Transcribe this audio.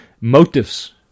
motives